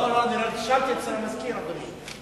לא, נרשמתי אצל המזכיר, אדוני.